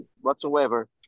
whatsoever